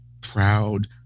proud